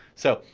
so,